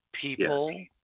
people